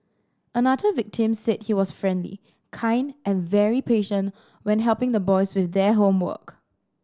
another victim said he was friendly kind and very patient when helping the boys with their homework